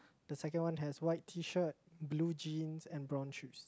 the second one has white T-shirt blue jeans and brown shoes